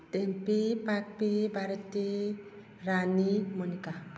ꯇꯦꯝꯄꯤ ꯄꯥꯛꯄꯤ ꯚꯥꯔꯠꯇꯤ ꯔꯥꯅꯤ ꯃꯣꯅꯤꯀꯥ